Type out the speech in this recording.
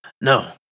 No